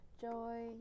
joy